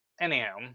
anyhow